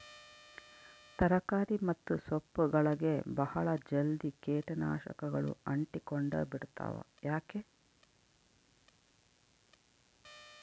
ತರಕಾರಿ ಮತ್ತು ಸೊಪ್ಪುಗಳಗೆ ಬಹಳ ಜಲ್ದಿ ಕೇಟ ನಾಶಕಗಳು ಅಂಟಿಕೊಂಡ ಬಿಡ್ತವಾ ಯಾಕೆ?